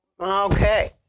Okay